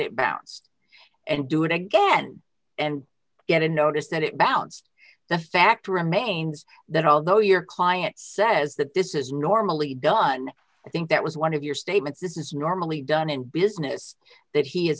it bounced and do it again and get a notice that it bounced the fact remains that although your client says that this is normally done i think that was one of your statements this is normally done in business that he is